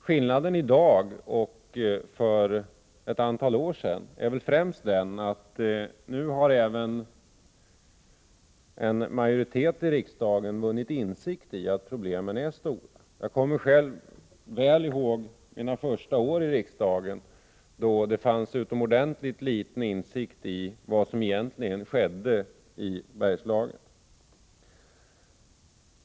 Skillnaden mellan läget i dag och för ett antal år sedan är väl främst den att nu har även en majoritet i riksdagen vunnit insikt om att problemen är stora. Jag kommer väl ihåg mina första år i riksdagen, då det fanns utomordentligt liten insikt om vad som egentligen skedde i Bergslagen.